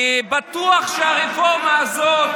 אני בטוח שהרפורמה הזאת,